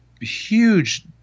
Huge